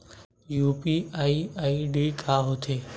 UPI ID का होथे?